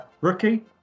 Rookie